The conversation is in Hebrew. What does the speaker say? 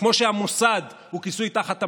כמו שהמוסד הוא כיסוי תחת,